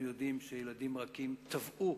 אנחנו יודעים שילדים רכים טבעו